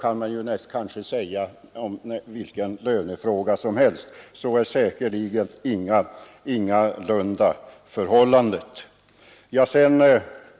Att här skulle vara fråga om något påtvingande är säkerligen ingalunda förhållandet.